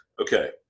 Okay